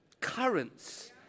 currents